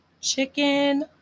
chicken